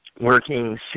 working